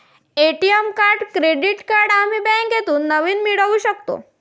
ATM card credit card आम्ही बँकेतून नवीन मिळवू शकतो